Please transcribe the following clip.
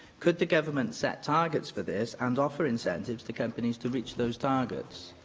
could the government set targets for this and offer incentives to companies to reach those targets?